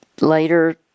later